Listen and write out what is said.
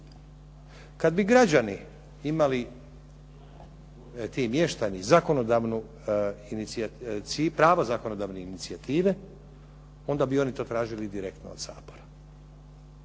Kad bi građani imali, ti mještani zakonodavnu i prava zakonodavne inicijative, onda bi oni to tražili direktno od Sabora.